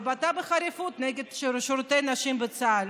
התבטא בחריפות נגד שירותי נשים בצה"ל,